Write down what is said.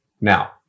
now